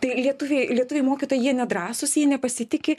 tai lietuviai lietuviai mokytojai jie nedrąsūs jie nepasitiki